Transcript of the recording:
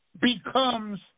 becomes